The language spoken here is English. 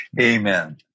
Amen